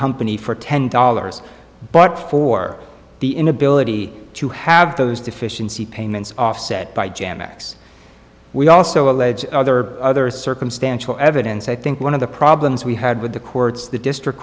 company for ten dollars but for the inability to have those deficiency payments offset by jan next we also allege other other circumstantial evidence i think one of the problems we had with the courts the district